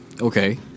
Okay